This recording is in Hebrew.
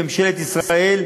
ממשלת ישראל,